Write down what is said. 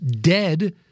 dead